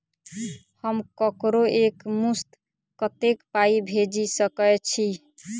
हम ककरो एक मुस्त कत्तेक पाई भेजि सकय छी?